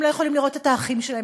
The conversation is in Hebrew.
הם לא יכולים לראות את האחים שלהם,